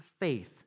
faith